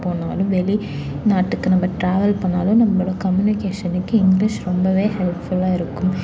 போனாலும் வெளி நாட்டுக்கு நம்ம டிராவல் பண்ணாலும் நம்மளோட கம்யூனிகேஷனுக்கு இங்கிலிஷ் ரொம்ப ஹெல்ப்ஃபுல்லாக இருக்கும்